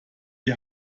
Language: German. die